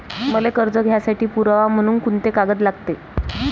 मले कर्ज घ्यासाठी पुरावा म्हनून कुंते कागद लागते?